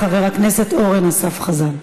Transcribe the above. חבר הכנסת אורן אסף חזן.